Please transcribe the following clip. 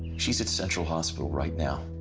she's at central hospital right now.